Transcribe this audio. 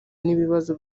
n’ibibazo